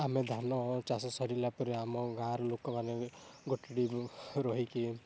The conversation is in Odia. ଆମେ ଧାନ ଚାଷ ସରିଲା ପରେ ଆମ ଗାଁର ଲୋକମାନେ ଗୋଟେ ଦିନ ରୋହିକି